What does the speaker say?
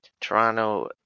Toronto